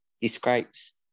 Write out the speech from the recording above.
describes